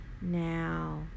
Now